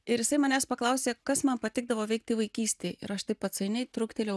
ir jisai manęs paklausė kas man patikdavo veikti vaikystėj ir aš taip atsainiai truktelėjau